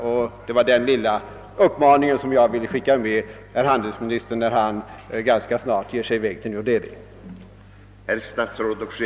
Det var endast denna lilla uppmaning som jag ville skicka med handelsministern när han ganska snart ger sig iväg till New Delhi.